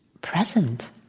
present